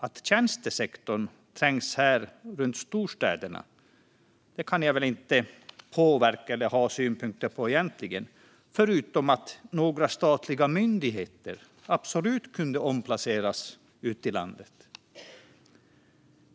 Att tjänstesektorn trängs runt storstäderna kan jag inte påverka eller ha synpunkter på, förutom att några statliga myndigheter absolut kunde omplaceras ut i landet.